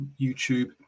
YouTube